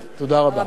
תודה רבה.